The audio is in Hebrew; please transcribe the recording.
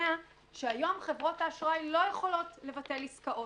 שהיום חברות האשראי לא יכולות לבטל עסקאות.